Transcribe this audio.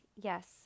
Yes